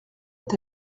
est